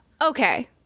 Okay